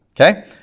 Okay